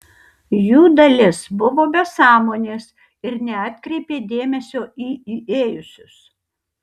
jų dalis buvo be sąmonės ir neatkreipė dėmesio į įėjusius